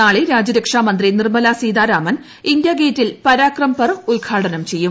നാളെ രാജ്യരക്ഷാ മന്ത്രി നിർമ്മല സീതാരാമൂൻ് ഇന്ത്യാഗേറ്റിൽ പരാക്രം പർവ് ഉദ്ഘാടനം ചെയ്യും